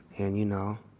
and you know,